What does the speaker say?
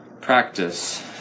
practice